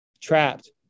trapped